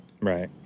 Right